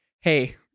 hey